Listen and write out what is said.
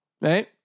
Right